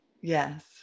Yes